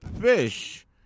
fish